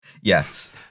Yes